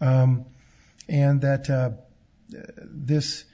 and that this